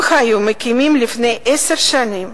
אם היו מקימים לפני עשר שנים